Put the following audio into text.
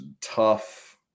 tough